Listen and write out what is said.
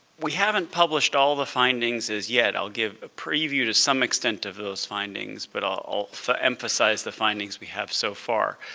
we haven't published all the findings as yet. i'll give a preview, to some extent, of those findings, but i'll emphasize the findings we have so far.